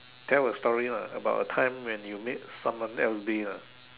tell a story lah about a time when you made someone else day lah